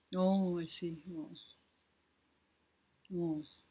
oh I see oh oh